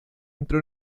entró